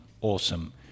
awesome